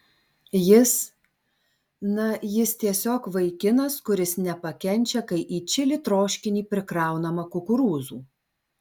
jis na jis tiesiog vaikinas kuris nepakenčia kai į čili troškinį prikraunama kukurūzų